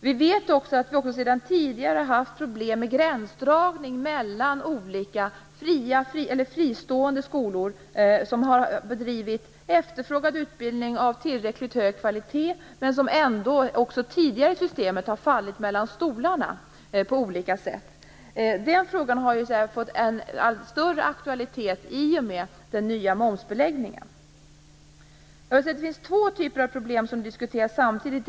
Vi vet också att vi sedan tidigare har haft problem med gränsdragningen mellan olika fristående skolor som har bedrivit efterfrågad utbildning av tillräckligt hög kvalitet, men som ändå även tidigare i systemet har fallit mellan stolarna på olika sätt. Den frågan har fått en allt större aktualitet i och med den nya momsbeläggningen. Det finns två typer av problem som diskuteras samtidigt.